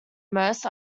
most